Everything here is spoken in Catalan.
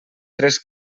tres